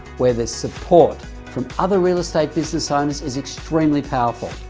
where there's support from other real estate business owners is extremely powerful.